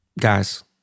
guys